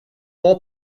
boğa